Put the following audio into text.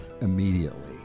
immediately